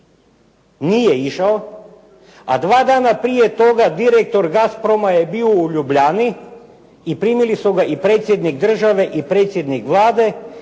nije išao a dva dana prije toga direktor "Gasproma" je bio u Ljubljani i primili su ga i predsjednik države i predsjednik Vlade